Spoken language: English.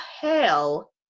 hell